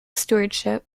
stewardship